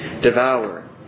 devour